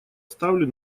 ставлю